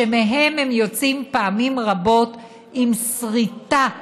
שמהם הם יוצאים פעמים רבות עם שריטה בנפש,